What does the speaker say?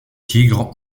tigres